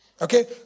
Okay